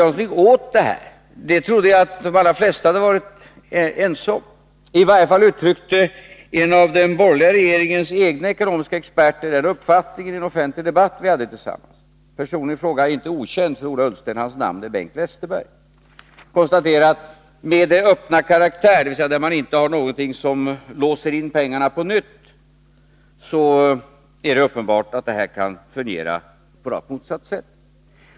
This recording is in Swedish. Jag trodde att de allra flesta var ense om att vi måste göra någonting åt detta. I varje fall uttryckte en av den borgerliga regeringens egna ekonomiska experter den uppfattningen i en offentlig debatt som vi hade tillsammans. Personen i fråga är inte okänd för Ola Ullsten. Hans namn är Bengt Westerberg. Han konstaterade att det med den öppna karaktär som systemet har — dvs. att det inte finns någonting som på nytt låser in pengarna — är uppenbart att det kan fungera på rakt motsatt sätt än vad som var tanken.